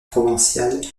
provinciale